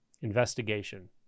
investigation